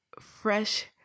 fresh